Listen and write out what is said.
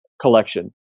collection